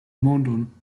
mondon